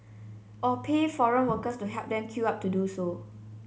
or pay foreign workers to help them queue up to do so